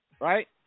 right